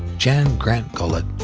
jan grant gullet,